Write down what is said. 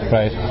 right